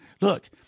Look